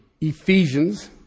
Ephesians